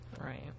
Right